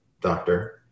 doctor